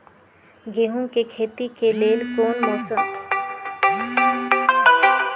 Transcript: गेंहू के खेती के लेल कोन मौसम चाही अई?